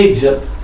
Egypt